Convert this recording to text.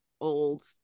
old